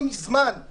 אבל